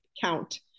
count